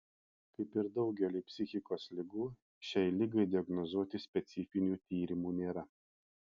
kaip ir daugeliui psichikos ligų šiai ligai diagnozuoti specifinių tyrimų nėra